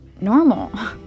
normal